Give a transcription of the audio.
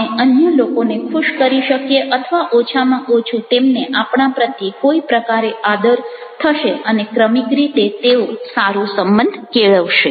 આપણે અન્ય લોકોને ખુશ કરી શકીએ અથવા ઓછામાં ઓછું તેમને આપણા પ્રત્યે કોઈ પ્રકારે આદર થશે અને ક્રમિક રીતે તેઓ સારો સંબંધ કેળવશે